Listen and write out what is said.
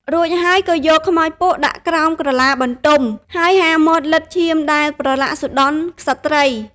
រួចហើយក៏យកខ្មោចពស់ដាក់ក្រោមក្រឡាបន្ទំ ហើយហាមាត់លិទ្ធឈាមដែលប្រលាក់សុដន់ក្សត្រី។